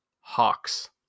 Hawks